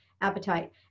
appetite